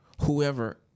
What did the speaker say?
whoever